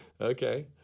Okay